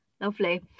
lovely